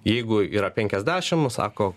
jeigu yra penkiasdešim sako